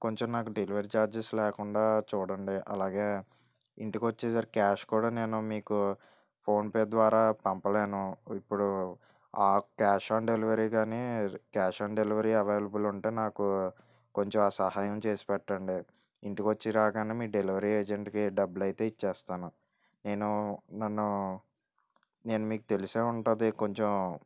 కొంచెం నాకు delivery charges లేకుండా చూడండి అలాగే ఇంటికి వచ్చేసారి క్యాష్ కూడా నేను మీకు ఫోన్పే ద్వారా పంపలేను ఇప్పుడు ఆ క్యాష్ ఆన్ డెలివరీ కానీ క్యాష్ ఆన్ డెలివరీ అవైలబుల్ ఉంటే నాకు కొంచెం అ సహాయం చేసి పెట్టండి ఇంటికి వచ్చి రాగానే మీ డెలివరీ ఏజెంట్కి డబ్బులు అయితే ఇస్తాను నేను నన్ను నేను మీకు తెలిసే ఉంటాను కొంచెం